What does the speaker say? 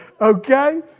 Okay